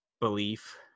belief